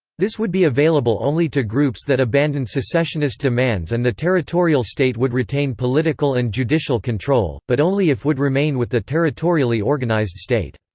this would be available only to groups that abandoned secessionist demands and the territorial state would retain political and judicial control, but only if would remain with the territorially organized state.